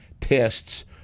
tests